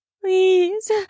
Please